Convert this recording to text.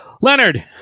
Leonard